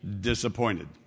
disappointed